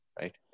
right